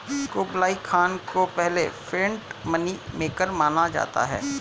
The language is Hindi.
कुबलई खान को पहले फिएट मनी मेकर माना जाता है